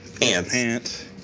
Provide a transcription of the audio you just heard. pants